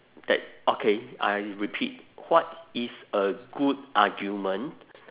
that okay I repeat what is a good argument